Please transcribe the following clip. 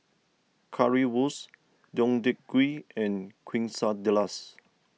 Currywurst Deodeok Gui and Quesadillas